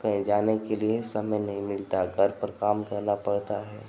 कहीं जाने के लिए समय नहीं मिलता घर पर काम करना पड़ता है